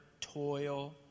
toil